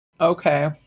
Okay